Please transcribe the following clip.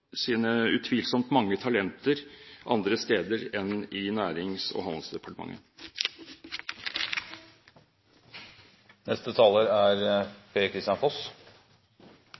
sine utvilsomt mange talenter andre steder enn i Nærings- og